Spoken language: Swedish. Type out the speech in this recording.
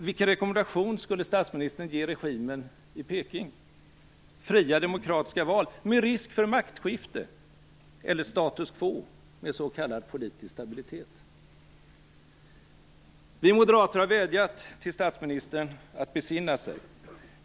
Vilken rekommendation skulle statsministern ge regeringen i Peking - fria demokratiska val med risk för maktskifte eller status quo med så kallad politisk stabilitet? Vi moderater har vädjat till statsministern att besinna sig.